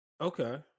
Okay